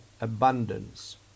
abundance